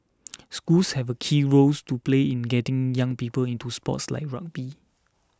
schools have a key role to play in getting young people into sports like rugby